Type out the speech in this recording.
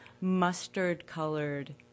mustard-colored